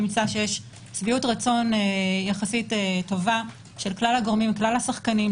נמצא שיש שביעות רצון יחסית טובה של כלל השחקנים,